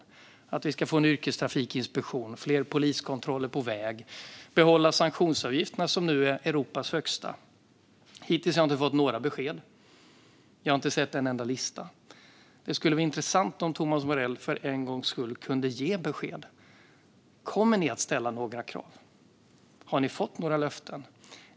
Det handlar om att vi ska få en yrkestrafikinspektion, fler poliskontroller på väg och behålla sanktionsavgifterna som nu är Europas högsta. Hittills har jag inte fått några besked. Jag har inte sett en enda lista. Det skulle vara intressant om Thomas Morell för en gångs skull kunde ge besked. Kommer ni att ställa några krav? Har ni fått några löften?